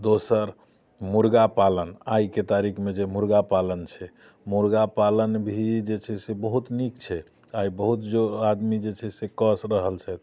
दोसर मुर्गा पालन आइके तारिकमे जे मुर्गा पालन छै मुर्गा पालन भी जे छै से बहुत नीक छै आइ बहुत जो आदमी जे छै से कऽ रहल छथि